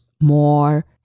more